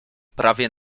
prawie